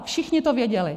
Všichni to věděli.